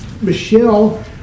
Michelle